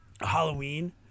Halloween